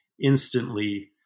instantly